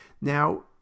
Now